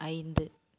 ஐந்து